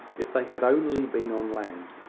if they had only been on land.